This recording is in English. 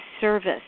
service